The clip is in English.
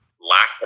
lack